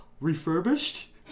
refurbished